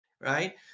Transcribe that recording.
right